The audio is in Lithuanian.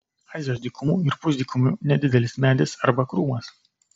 azijos dykumų ir pusdykumių nedidelis medis arba krūmas